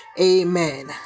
Amen